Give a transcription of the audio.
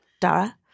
Dara